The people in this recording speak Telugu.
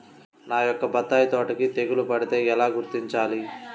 నా యొక్క బత్తాయి తోటకి తెగులు పడితే ఎలా గుర్తించాలి?